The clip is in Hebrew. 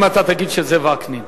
אם אתה תגיד שזה וקנין.